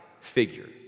figure